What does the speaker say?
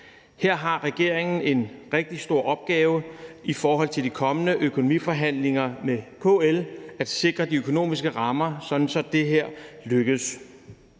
Her har regeringen en rigtig stor opgave i forbindelse med de kommende økonomiforhandlinger med KL i forhold til at sikre de økonomiske rammer, sådan at det her lykkes.